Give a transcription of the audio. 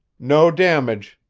no damage,